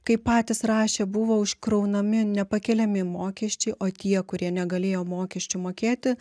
kaip patys rašė buvo užkraunami nepakeliami mokesčiai o tie kurie negalėjo mokesčių mokėti